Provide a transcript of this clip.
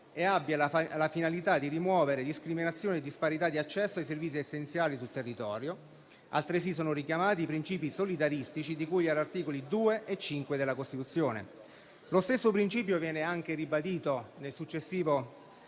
e abbia la finalità di rimuovere discriminazioni e disparità di accesso ai servizi essenziali sul territorio; altresì, sono richiamati i principi solidaristici di cui agli articoli 2 e 5 della Costituzione. Lo stesso principio viene ribadito nel successivo